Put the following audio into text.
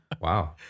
Wow